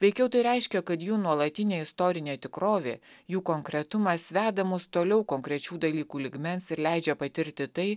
veikiau tai reiškia kad jų nuolatinė istorinė tikrovė jų konkretumas veda mus toliau konkrečių dalykų lygmens ir leidžia patirti tai